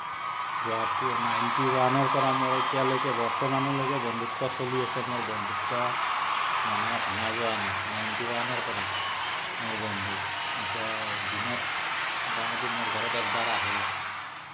গুৱাহাটীৰ নাইনটি ওৱানৰ পৰা মোৰ এতিয়ালৈকে বৰ্তমানলৈকে বন্ধুত্ব চলি আছে মোৰ বন্ধুত্ব মানে ভাঙা যোৱা নাই নাইনটি ওৱানৰ পৰা মোৰ বন্ধু এতিয়া দিনত মোটামোটি মোৰ ঘৰত একবাৰ আহেই